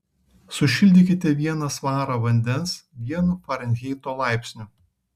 sušildykite vieną svarą vandens vienu farenheito laipsniu